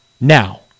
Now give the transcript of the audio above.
Now